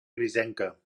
grisenca